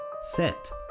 Set